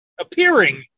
appearing